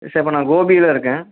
sir நான் இப்போ கோபியில் இருக்கேன்